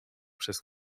przez